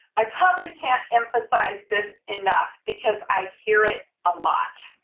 i probably can't emphasize this enough, because i hear it a lot.